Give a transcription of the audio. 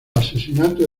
asesinatos